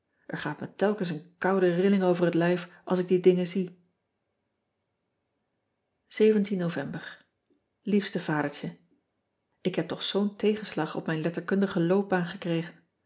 r gaat me telkens een koude rilling over het lijf als ik die dingen zie ovember iefste adertje k heb toch zoo n tegenslag op mijn letterkundigen loopbaan gekregen